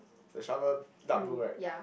the shovel dark blue right